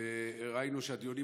וראינו שהדיונים